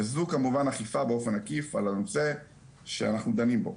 זו כמובן אכיפה באופן עקיף על הנושא שאנחנו דנים בו,